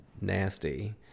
nasty